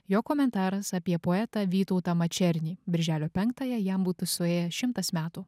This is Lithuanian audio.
jo komentaras apie poetą vytautą mačernį birželio penktąją jam būtų suėję šimtas metų